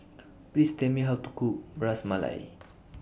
Please Tell Me How to Cook Ras Malai